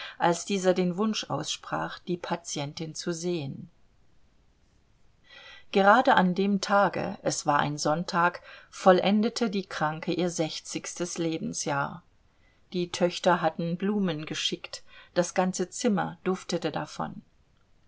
als dieser den wunsch aussprach die patientin zu sehen gerade an dem tage es war ein sonntag vollendete die kranke ihr sechzigstes lebensjahr die töchter hatten blumen geschickt das ganze zimmer duftete davon